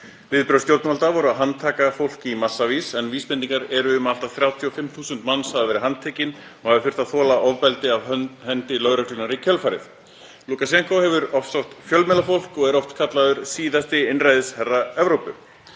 Viðbrögð stjórnvalda voru að handtaka fólk í massavís en vísbendingar eru um að allt að 35.000 manns hafa verið handteknir og hafi þurft að þola ofbeldi af hendi lögreglunnar í kjölfarið. Lúkasjenkó hefur ofsótt fjölmiðlafólk og er oft kallaður síðasti einræðisherra Evrópu.